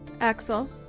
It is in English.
Axel